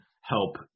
help